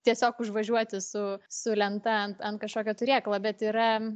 tiesiog užvažiuoti su su lenta ant kažkokio turėklo bet yra